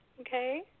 okay